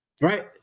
Right